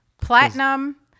platinum